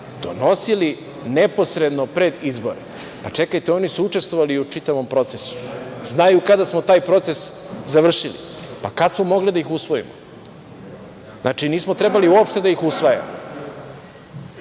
donosili neposredno pred izbore. Čekajte, oni su učestvovali u čitavom procesu i znaju kada smo taj proces završili, pa kada smo mogli da ih usvojimo. Znači, nismo trebali uopšte da ih usvajamo?